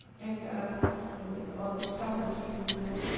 and ah and all these talents came from there.